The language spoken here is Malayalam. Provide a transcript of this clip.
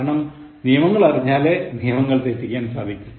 കാരണം നിയമങ്ങൾ അറിഞ്ഞാലേ നിയമങ്ങൾ തെറ്റിക്കാൻ സാധിക്കു